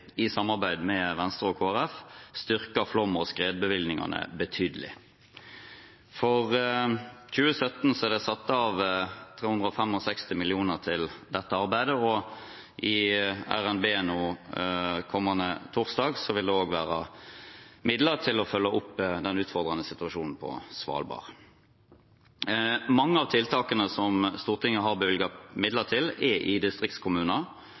i samarbeid med Venstre og Kristelig Folkeparti – styrket flom- og skredbevilgningene betydelig. For 2017 er det satt av 365 mill. kr til dette arbeidet, og i RNB nå kommende torsdag vil det også være midler til å følge opp den utfordrende situasjonen på Svalbard. Mange av tiltakene som Stortinget har bevilget midler til, er i distriktskommuner.